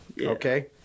Okay